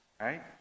right